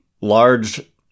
large –